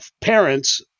parents